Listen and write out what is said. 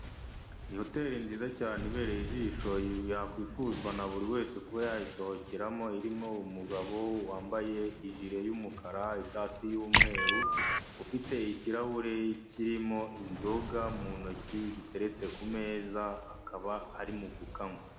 Iyi hoteli nziza cyane ibereye ijisho, yakwifuzwa na buri wese kuba yayisohokeramo, irimo umugabo wambaye ijile, y'umukara ishati y'umweru, ufite ikirahure kirimo inzoga mu ntoki giteretse ku meza, akaba arimo kukanywa.